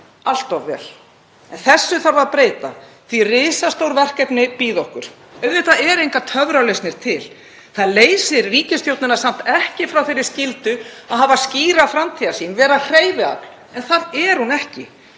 allt of vel. Þessu þarf að breyta því að risastór verkefni bíða okkar. Auðvitað eru engar töfralausnir til. Það leysir ríkisstjórnina samt ekki frá þeirri skyldu að hafa skýra framtíðarsýn, vera hreyfiafl en það er hún ekki.